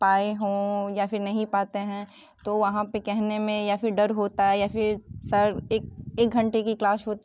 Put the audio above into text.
पाए हों या फिर नहीं पाते हैं तो वहाँ पे कहने में डर होता है या फिर सब एक एक घंटे की क्लाश हो